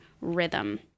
rhythm